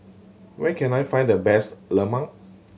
where can I find the best lemang